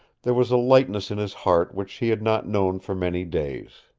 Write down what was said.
there was a lightness in his heart which he had not known for many days.